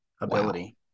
ability